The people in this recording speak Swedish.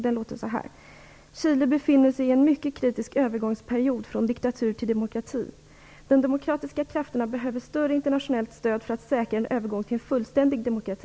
Det låter så här: "Chile befinner sig i en mycket kritisk övergångsperiod från diktatur till demokrati. De demokratiska krafterna behöver större internationellt stöd för att säkra en övergång till en fullständig demokrati.